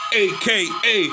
aka